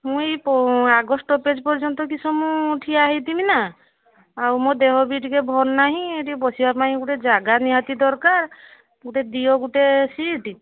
ମୁଁ ଏଇ ଆଗ ସ୍ଟପେଜ୍ ପର୍ଯ୍ୟନ୍ତ କିସ ମୁଁ ଠିଆ ହେଇ ଥିମିନା ଆଉ ମୋ ଦେହ ବି ଟିକିଏ ଭଲ ନାହିଁ ଟିକିଏ ବସିବା ପାଇଁ ଗୋଟେ ଜାଗା ନିହାତି ଦରକାର ଗୋଟେ ଦିଅ ଗୋଟେ ସିଟ୍